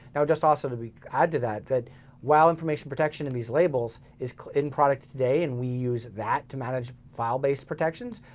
now just also that we add to that, that while information protection of these labels is in product today and we use that to manage file-based protections.